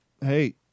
hey